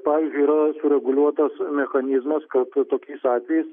pavyzdžiui yra sureguliuotas mechanizmas kad tokiais atvejais